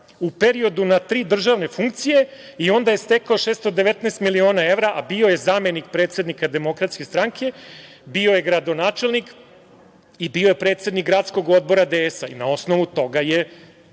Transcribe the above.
u periodu na tri državne funkcije i onda je stekao 619 miliona evra, a bio je zamenik predsednika Demokratske stranke, bio je gradonačelnik i bio je predsednik Gradskog odbora DS. Na osnovu toga je